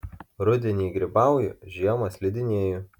rudenį grybauju žiemą slidinėju